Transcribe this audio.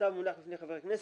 המכתב מונח בפני חברי הכנסת,